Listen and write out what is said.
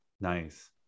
nice